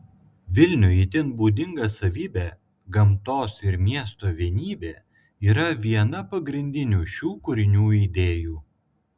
vilniui itin būdinga savybė gamtos ir miesto vienybė yra viena pagrindinių šių kūrinių idėjų